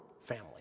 family